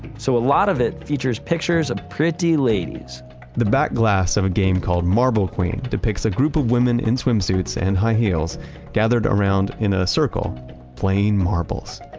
so a lot of it features pictures of pretty ladies the back glass of a game called marble queen depicts a group of women in swimsuits and high heels gathered around in a circle playing marbles.